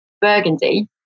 Burgundy